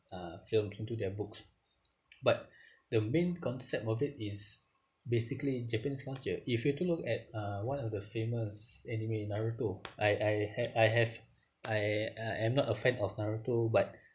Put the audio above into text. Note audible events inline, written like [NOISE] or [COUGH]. uh film into to their books but [BREATH] the main concept of it is basically japanese culture if you have to look at uh one of the famous anime Naruto I I had I have I uh am not a fan of Naruto but